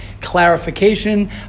clarification